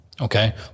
okay